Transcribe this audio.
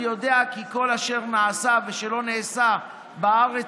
אני יודע כי כל אשר נעשה ושלא נעשה בארץ